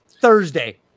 thursday